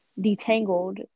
detangled